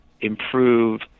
improve